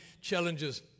challenges